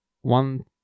one